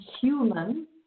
human